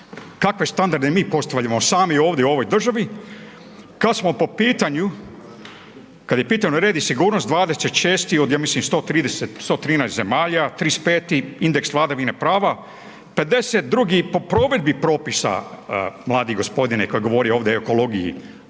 kakve standarde mi postavljamo sami ovdje u ovoj državi kad smo po pitanju, kad je pitanje red i sigurnost 26. od, ja mislim, 130, 113 zemalja, 35. indeks vladavine prava, 52. po provedbi propisa mladi gospodine koji je govorio ovdje o ekologiji